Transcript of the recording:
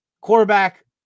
quarterback